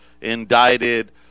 indicted